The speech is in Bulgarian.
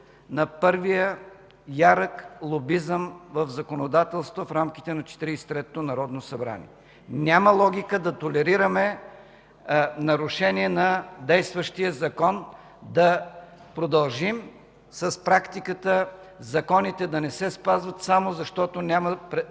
на първия ярък лобизъм в законодателството в рамките на Четиридесет и третото народно събрание. Няма логика да толерираме нарушение на действащия закон, да продължим с практиката законите да не се спазват, само защото в тях няма предвидени